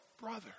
brother